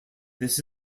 this